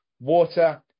water